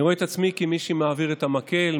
אני רואה את עצמי כמי שמעביר את המקל,